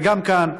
וגם כאן,